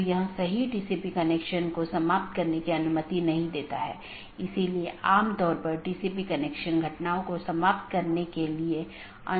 तो इसका मतलब है एक बार अधिसूचना भेजे जाने बाद डिवाइस के उस विशेष BGP सहकर्मी के लिए विशेष कनेक्शन बंद हो जाता है और संसाधन जो उसे आवंटित किये गए थे छोड़ दिए जाते हैं